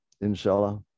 Inshallah